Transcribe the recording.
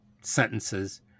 sentences